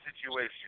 situation